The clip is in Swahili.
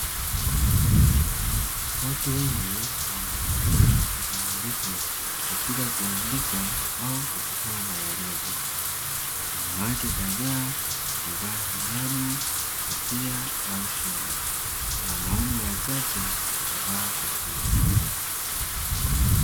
Watu wengi wanahusika kikamilifu katika kuandika au kuchukua maelezo, wanawake kadhaa huvaa hijabu, kofia au shela na wanaume wachache huvaa kofia,